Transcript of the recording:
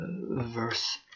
verse